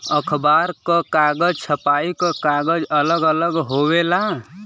अखबार क कागज, छपाई क कागज अलग अलग होवेला